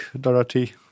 Dorothy